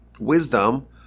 Wisdom